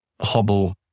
hobble